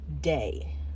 day